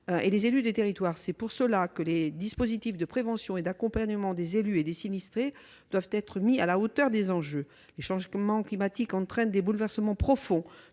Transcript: et les élus des territoires. C'est pourquoi les dispositifs de prévention et d'accompagnement des élus locaux et des sinistrés doivent être placés à la hauteur des enjeux. Les changements climatiques entraînent des bouleversements profonds